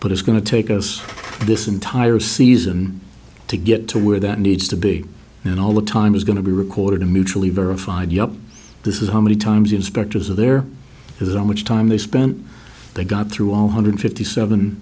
but it's going to take us this entire season to get to where that needs to be and all the time is going to be recorded in mutually verified yup this is how many times the inspectors are there is on which time they spent they got through all hundred fifty seven